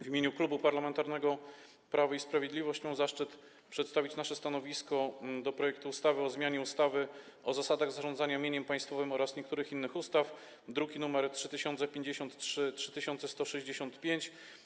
W imieniu Klubu Parlamentarnego Prawo i Sprawiedliwość mam zaszczyt przedstawić nasze stanowisko wobec projektu ustawy o zmianie ustawy o zasadach zarządzania mieniem państwowym oraz niektórych innych ustaw, druki nr 3053 i 3165.